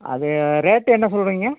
அது ரேட்டு என்ன சொல்கிறீங்க